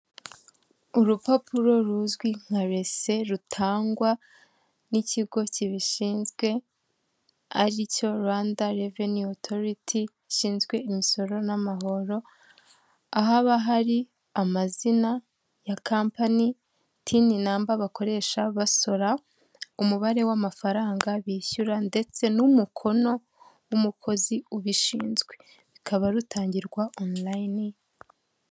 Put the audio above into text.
Urupapuro ruzwi nka rese rutangwa n'ikigo kibishinzwe aricyo Rwanda reveni otoriti, gishinzwe imisoro n'amahoro, ahaba hari amazina ya kampani, tini namba bakoresha basora, umubare w'amafaranga bishyura ndetse n'umukono w'umukozi ubishinzwe rukaba rutangirwa onulayini.